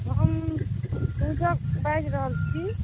हम पूजा बाजि रहल छी